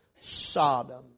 Sodom